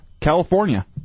California